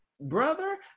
Brother